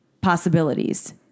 possibilities